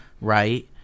right